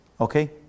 Okay